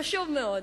חשוב מאוד,